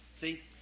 See